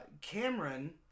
Cameron